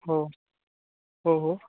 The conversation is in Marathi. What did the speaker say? हो हो हो